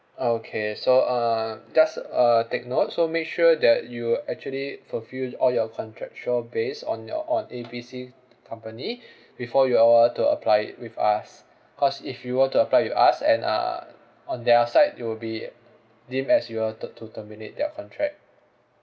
okay so uh just uh take note so make sure that you actually fulfil all your contractual base on your on A B C company before you uh were to apply with us cause if you were to apply with us and uh on their side it will be deemed as you wanted to terminate their contract